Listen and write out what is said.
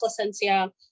Placencia